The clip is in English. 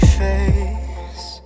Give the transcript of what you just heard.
face